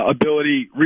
Ability